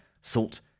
salt